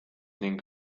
ning